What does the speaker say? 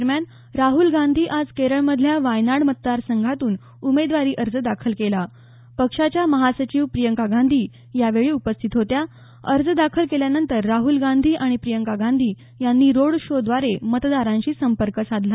दरम्यान राहुल गांधी यांनी आज केरळमधल्या वायनाड मतदार संघातून उमेदवारी अर्ज दाखल केला पक्षाच्या महासचिव प्रियंका गांधी यावेळी उपस्थित होत्या अर्ज दाखल केल्यानंतर राहुल गांधी आणि प्रियंका गांधी यांनी रोड शो द्वारे मतदारांशी संपर्क साधला